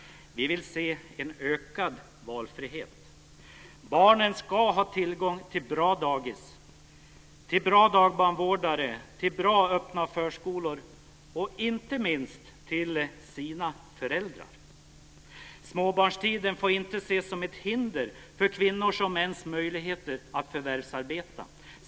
Vi vill se en ökad valfrihet. Barnen ska ha tillgång till bra dagis, till en bra dagbarnvårdare och till bra öppna förskolor och inte minst till sina föräldrar. Småbarnstiden får inte ses som ett hinder för kvinnors och mäns möjligheter att förvärvsarbeta.